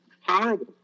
horrible